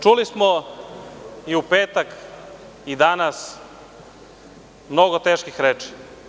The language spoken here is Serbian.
Čuli smo i u petak i danas mnogo teških reči.